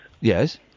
Yes